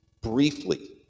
briefly